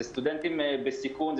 אלו סטודנטים בסיכון,